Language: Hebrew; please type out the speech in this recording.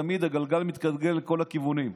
תמיד הגלגל מתגלגל לכל הכיוונים.